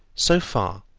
so far,